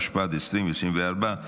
התשפ"ד 2024,